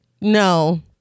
No